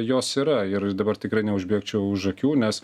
jos yra ir dabar tikrai ne užbėgčiau už akių nes